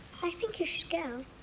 i think you should go.